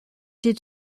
did